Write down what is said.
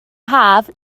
haf